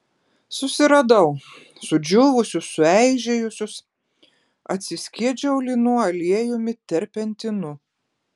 susiradau sudžiūvusius sueižėjusius atsiskiedžiau linų aliejumi terpentinu